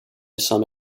some